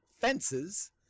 fences